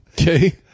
Okay